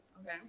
Okay